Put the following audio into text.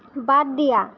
বাদ দিয়া